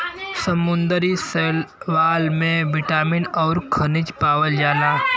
समुंदरी शैवाल में बिटामिन अउरी खनिज पावल जाला